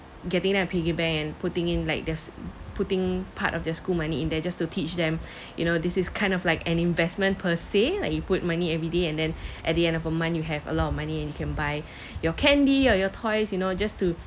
getting that piggy bank and putting in like there's putting part of their school money in there just to teach them you know this is kind of like an investment per say like you put money everyday and then at the end of a month you have a lot of money and you can buy your candy or your toys you know just to